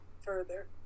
further